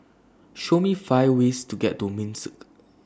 Show Me five ways to get to Minsk